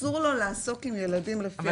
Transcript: אסור לו לעסוק עם ילדים לפי החוק,